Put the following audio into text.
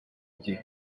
gihe